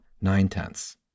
nine-tenths